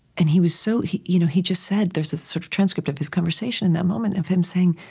and he was so he you know he just said there's this sort of transcript of this conversation and that moment of him saying,